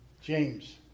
James